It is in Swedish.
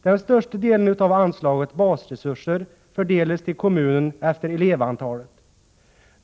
Den största delen av anslaget, basresursen, fördelas till en kommun efter elevantal.